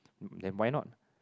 then why not